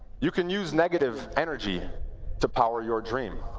you can use negative energy to power your dream.